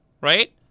right